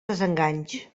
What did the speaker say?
desenganys